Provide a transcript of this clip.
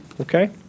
Okay